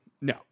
No